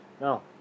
No